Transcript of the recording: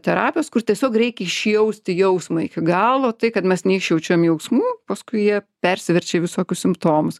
terapijos kur tiesiog reikia išjausti jausmą iki galo tai kad mes neišjaučiam jausmų paskui jie persiverčia į visokius simptomus